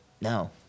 no